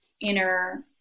inner